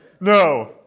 No